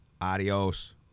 Adios